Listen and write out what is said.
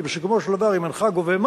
כי בסיכומו של דבר, אם אינך גובה,